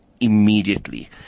Immediately